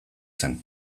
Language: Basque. zen